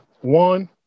one